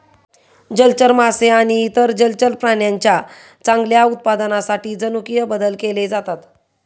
जलचर मासे आणि इतर जलचर प्राण्यांच्या चांगल्या उत्पादनासाठी जनुकीय बदल केले जातात